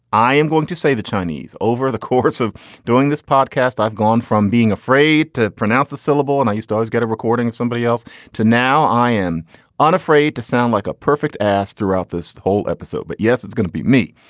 i am going to say the chinese over the course of doing this podcast. i've gone from being afraid to pronounce the syllable and i used to always get a recording of somebody else to. now i am unafraid to sound like a perfect ass throughout this whole episode. but yes, it's gonna be me.